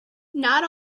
not